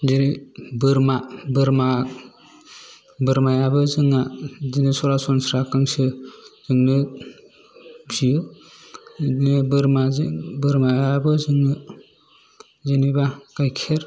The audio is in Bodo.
जेरै बोरमा बोरमा बोरमाआबो जोंना बिदि सरासनस्रा गांसो जोंनो फियो बिदिनो बोरमा जों बोरमाआबो जोंनो जेनोबा गायखेर